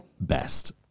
best